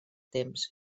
temps